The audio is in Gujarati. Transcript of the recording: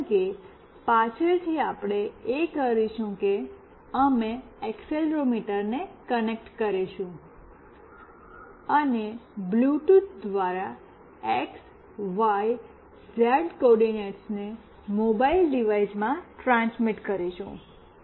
કારણ કે પાછળથી આપણે એ કરીશું કે અમે એક્સીલેરોમીટરને કનેક્ટ કરીશું અને બ્લૂટૂથ દ્વારા એક્સ વાય ઝેડ કોઓર્ડિનેટ્સને મોબાઇલ ડિવાઇસમાં ટ્રાન્સમિટ કરીશું